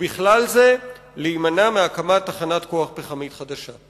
ובכלל זה להימנע מהקמת תחנת כוח פחמית חדשה.